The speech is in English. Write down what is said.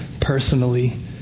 Personally